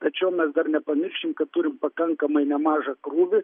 tačiau mes dar nepamirškim kad turim pakankamai nemažą krūvį